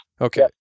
Okay